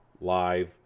Live